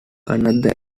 another